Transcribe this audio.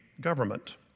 government